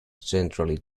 centrally